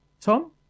Tom